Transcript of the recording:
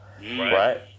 Right